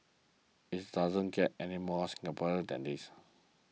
it's doesn't get any more Singaporean than this